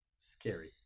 scary